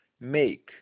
make